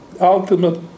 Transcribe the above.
ultimate